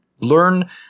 learn